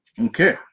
Okay